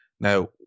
Now